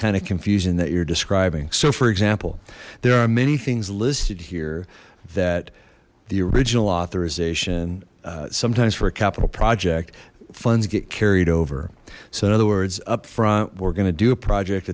kind of confusion that you're describing so for example there are many things listed here that the original authorization sometimes for a capital project funds get carried over so in other words up front we're going to do a project